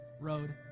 road